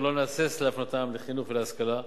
לא נהסס להפנותם לחינוך ולהשכלה.